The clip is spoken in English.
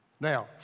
Now